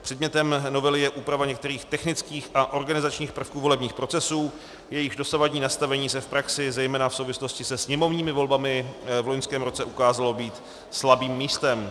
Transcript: Předmětem novely je úprava některých technických a organizačních prvků volebních procesů, jejichž dosavadní nastavení se v praxi zejména v souvislosti se sněmovními volbami v loňském roce ukázalo být slabým místem.